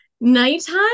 nighttime